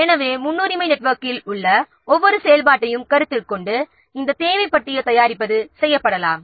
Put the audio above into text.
எனவே முன்னுரிமை நெட்வொர்க்கில் உள்ள ஒவ்வொரு செயல்பாட்டையும் கருத்தில் கொண்டு இந்த தேவை பட்டியல் தயாரிப்பது செய்யப்படலாம்